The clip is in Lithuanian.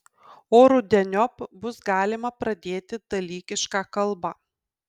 o rudeniop bus galima pradėti dalykišką kalbą